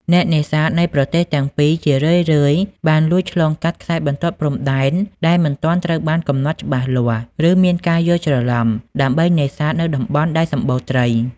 អ្នកនេសាទនៃប្រទេសទាំងពីរជារឿយៗបានលួចឆ្លងកាត់ខ្សែបន្ទាត់ព្រំដែន ដែលមិនទាន់ត្រូវបានកំណត់ច្បាស់លាស់ ឬមានការយល់ច្រឡំ ដើម្បីនេសាទនៅតំបន់ដែលសម្បូរត្រី។